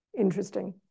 Interesting